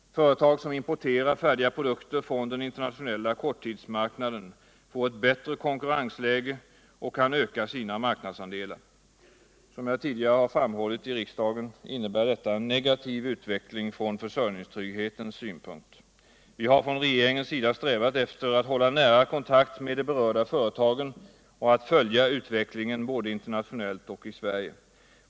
Företag som importerar färdiga produkter från den inmernationella korttidsmarknaden får eu bättre konkurrensläge och kan öka sina marknadsandelar. Som jag tidigare har framhållit i riksdagen innebär detta en negativ utveckling från försörjningstrygghetens synpunkt. Vi har från regeringens sida strävat efter att hålla nära kontakt med de berörda företagen och följa utvecklingen både internationellt och i Sverige.